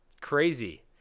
Crazy